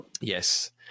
Yes